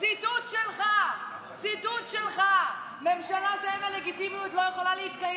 ציטוט שלך: "ממשלה שאין לה לגיטימיות לא יכולה להתקיים".